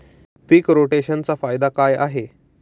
पीक रोटेशनचा फायदा काय आहे?